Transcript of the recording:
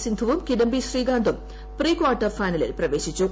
സിന്ധുവും കിഡംബി ശ്രീകാന്തും പ്രീക്വാർട്ടർ ഫൈനലിൽ പ്രവേശിച്ചു